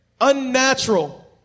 unnatural